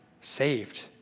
saved